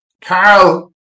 Carl